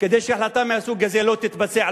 כדי שהחלטה מהסוג הזה לא תתבצע,